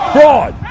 Fraud